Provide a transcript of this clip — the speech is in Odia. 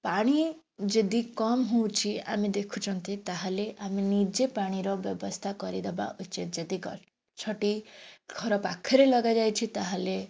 ପାଣି ଯଦି କମ୍ ହେଉଛି ଆମେ ଦେଖୁଛନ୍ତି ତାହେଲେ ଆମେ ନିଜେ ପାଣିର ବ୍ୟବସ୍ଥା କରିଦବା ଉଚିତ୍ ଯଦି ଗଛଟି ଘର ପାଖରେ ଲଗାଯାଇଛି ତାହେଲେ